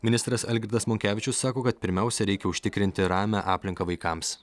ministras algirdas monkevičius sako kad pirmiausia reikia užtikrinti ramią aplinką vaikams